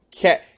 cat